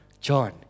John